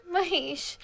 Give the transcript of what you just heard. Mahesh